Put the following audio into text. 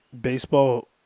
Baseball